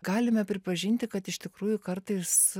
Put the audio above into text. galime pripažinti kad iš tikrųjų kartais